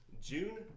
June